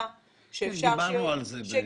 דיברנו על זה.